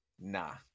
Nah